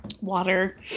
Water